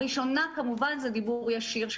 הראשונה כמובן זה דיבור ישיר,